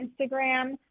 instagram